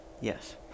Yes